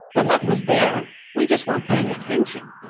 the love was there. we just weren't paying attention!